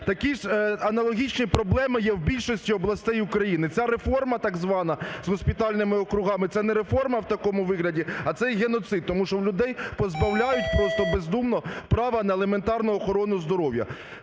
Такі ж, аналогічні проблеми є в більшості областей України. Ця реформа так звана з госпітальними округами – це не реформа в такому вигляді, а це є геноцид, тому що людей позбавляють просто бездумно права на елементарну охорону здоров'я.